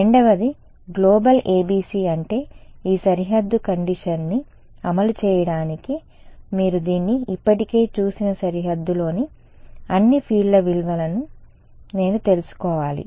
రెండవది global ABC అంటే ఈ సరిహద్దు కండీషన్ ని అమలు చేయడానికి మీరు దీన్ని ఇప్పటికే చూసిన సరిహద్దులోని అన్ని ఫీల్డ్ల విలువను నేను తెలుసుకోవాలి